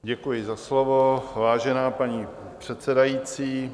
Děkuji za slovo, vážená paní předsedající.